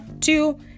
two